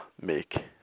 make